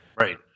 right